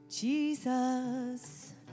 Jesus